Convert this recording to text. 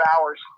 hours